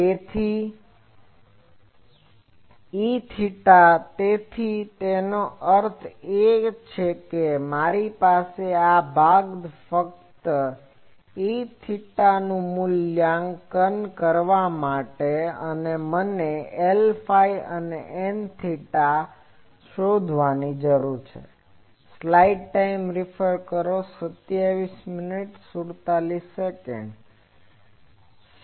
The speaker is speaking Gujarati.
તેથી Eθ તેથી એનો અર્થ એ કે મારી પાસે આ ભાગ છે ફક્ત Eθ નું મૂલ્યાંકન કરવા માટે મને Lφ અને Nθ શોધવાની જરૂર છે